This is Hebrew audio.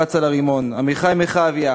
שקפץ על הרימון, עמיחי מרחביה,